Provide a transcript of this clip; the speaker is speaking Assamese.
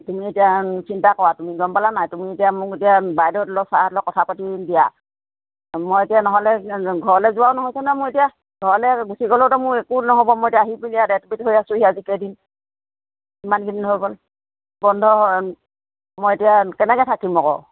তুমি এতিয়া চিন্তা কৰা তুমি গম পালা নাই তুমি এতিয়া মোক এতিয়া বাইদেউহঁতৰ লগত ছাৰহঁতৰ লগত কথা পাতি দিয়া মই এতিয়া নহ'লে ঘৰলৈ যোৱাও নহৈছে নহয় মোৰ এতিয়া ঘৰলৈ গুচি গ'লেওতো মোক একো নহ'ব মই এতিয়া আহি পিনি ইয়াতটো এডমিট হৈ আছোঁহি আজি কেইদিন ইমানদিন হৈ গ'ল বন্ধ হয় মই এতিয়া কেনেকৈ থাকিম আকৌ